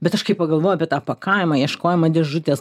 bet aš kai pagalvojau apie tą pakavimą ieškojimą dėžutės